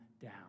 down